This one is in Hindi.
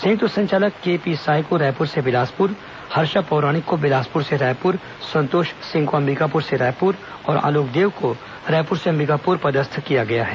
संयुक्त संचालक केपी साय को रायपुर से बिलासपुर हर्षा पौराणिक को बिलासपुर से रायपुर संतोष सिंह को अंबिकापुर से रायपुर और आलोक देव को रायपुर से अंबिकापुर पदस्थ किया गया है